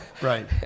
right